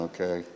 Okay